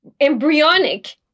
embryonic